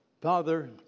Father